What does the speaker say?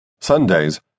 Sundays